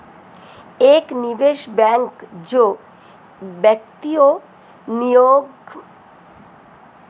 एक निवेश बैंक जो व्यक्तियों निगमों और सरकारों की ओर से वित्तीय लेनदेन में संलग्न है